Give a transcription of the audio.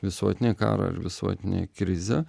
visuotinę karo ar visuotinę krizę